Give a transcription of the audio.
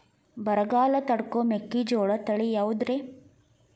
ಬರಗಾಲ ತಡಕೋ ಮೆಕ್ಕಿಜೋಳ ತಳಿಯಾವುದ್ರೇ?